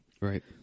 Right